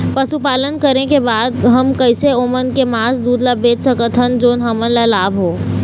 पशुपालन करें के बाद हम कैसे ओमन के मास, दूध ला बेच सकत हन जोन हमन ला लाभ हो?